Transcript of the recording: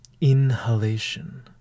inhalation